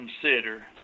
consider